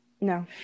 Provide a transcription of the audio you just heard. no